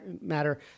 matter